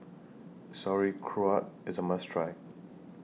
Sauerkraut IS A must Try